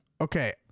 Okay